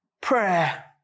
prayer